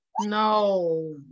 No